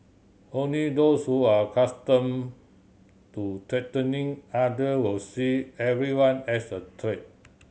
only those who are accustomed to threatening other will see everyone as a threat